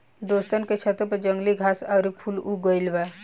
दोस्तन के छतों पर जंगली घास आउर फूल उग गइल बा